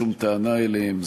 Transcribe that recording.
שום טענה אליהם,